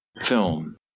film